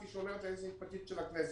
כפי שאומרת היועצת המשפטית של הכנסת.